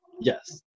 Yes